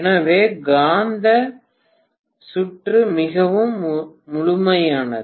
எனவே காந்த சுற்று மிகவும் முழுமையானது